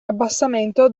abbassamento